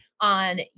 on